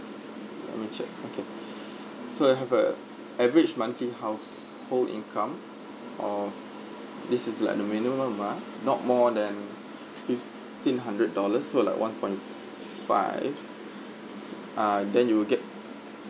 let me check okay so you have a average monthly household income of this is like the minimum ah not more than fifteen hundred dollars so like one point f~ five s~ ah then you'll get